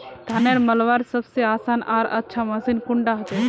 धानेर मलवार सबसे आसान आर अच्छा मशीन कुन डा होचए?